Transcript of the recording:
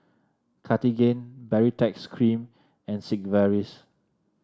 Cartigain Baritex Cream and Sigvaris